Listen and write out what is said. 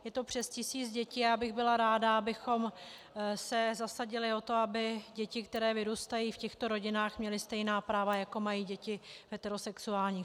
Je to přes tisíc dětí a já bych byla ráda, abychom se zasadili o to, aby děti, které vyrůstají v těchto rodinách, měly stejná práva, jako mají děti heterosexuálních .